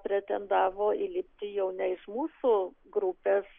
pretendavo įlipti jau ne iš mūsų grupės